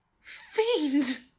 fiend